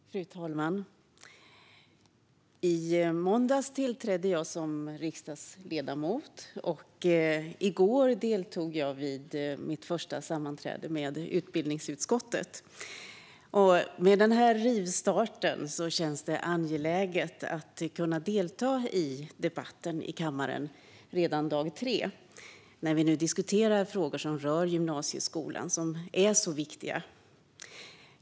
Fru talman! I måndags tillträdde jag som riksdagsledamot, och i går deltog jag vid mitt första sammanträde i utbildningsutskottet. Med denna rivstart känns det angeläget att kunna delta i debatten i kammaren redan dag tre när vi diskuterar viktiga frågor som rör gymnasieskolan.